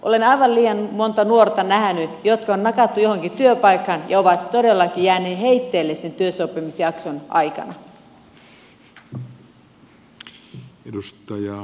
olen nähnyt aivan liian monta nuorta jotka on nakattu johonkin työpaikkaan ja jotka ovat todellakin jääneet heitteille sen työssäoppimisjakson aikana